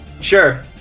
sure